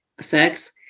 sex